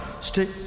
Stick